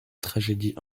tragédie